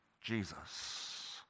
Jesus